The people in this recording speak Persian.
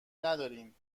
ندارین